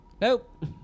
Nope